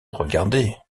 regardaient